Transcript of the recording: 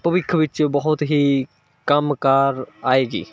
ਭਵਿੱਖ ਵਿੱਚ ਬਹੁਤ ਹੀ ਕੰਮ ਕਾਰ ਆਏਗੀ